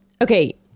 Okay